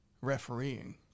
refereeing